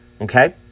Okay